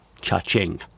Cha-ching